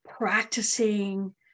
practicing